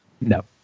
No